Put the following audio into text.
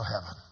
heaven